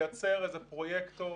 לייצר איזה פרויקטור,